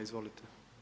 Izvolite.